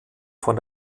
von